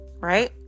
right